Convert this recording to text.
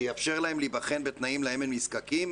שיאפשר להם להיבחן בתנאים להם הם נזקקים,